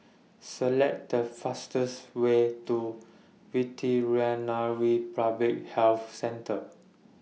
Select The fastest Way to Veterinary Public Health Centre